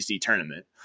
tournament